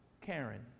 Karen